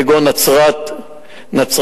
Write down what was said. כגון נצרת והסביבה,